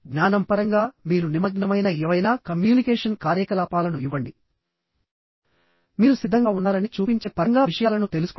జ్ఞానం పరంగా మీరు నిమగ్నమైన ఏవైనా కమ్యూనికేషన్ కార్యకలాపాలను ఇవ్వండి మీరు సిద్ధంగా ఉన్నారని చూపించే పరంగా విషయాలను తెలుసుకోవడం